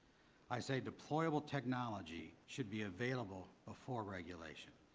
i say deployable technology should be available before regulation.